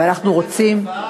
את ראית את "הכפר"?